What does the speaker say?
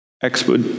expert